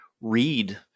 read